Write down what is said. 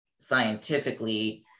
scientifically